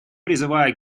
призываю